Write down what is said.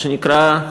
מה שנקרא,